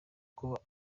kuba